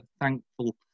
thankful